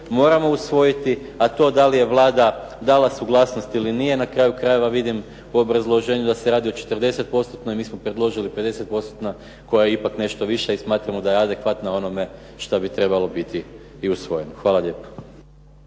moramo usvojiti. A to da li je Vlada dala suglasnost ili nije, na kraju krajeva vidim u obrazloženju da se radi o 40 postotnoj, mi smo predložili 50 postotna koja je ipak nešto više i smatramo da je adekvatno onome što bi trebalo biti i usvojeno. Hvala lijepo.